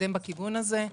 להתקדם בכיוון הזה.